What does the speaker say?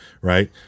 right